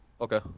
Okay